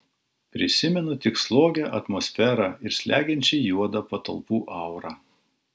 prisimenu tik slogią atmosferą ir slegiančiai juodą patalpų aurą